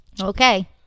Okay